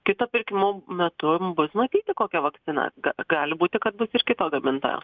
kito pirkimo metu bus matyti kokia vakcina gali būti kad bus ir kito gamintojo